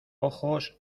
ojos